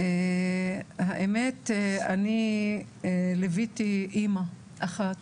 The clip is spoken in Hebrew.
האמת, אני ליוויתי אימא אחת,